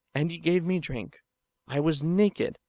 and ye gave me drink i was naked,